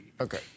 Okay